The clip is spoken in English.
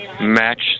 match